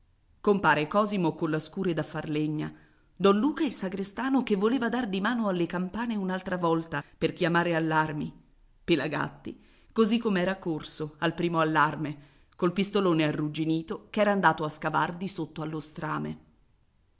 compare cosimo colla scure da far legna don luca il sagrestano che voleva dar di mano alle campane un'altra volta per chiamare all'armi pelagatti così com'era corso al primo allarme col pistolone arrugginito ch'era andato a scavar di sotto allo strame